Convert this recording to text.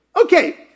Okay